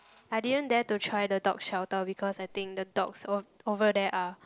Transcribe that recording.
I didn't dare to try the dogs shelter because I think the dogs over over there are